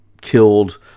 killed